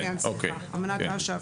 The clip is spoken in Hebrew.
כן, אמנת אש"ף.